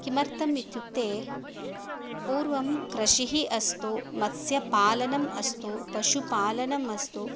किमर्थम् इत्युक्ते पूर्वं कृषिः अस्तु मत्स्यपालनम् अस्तु पशुपालनम् अस्तु